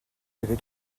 dirai